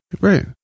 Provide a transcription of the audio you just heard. Right